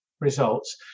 results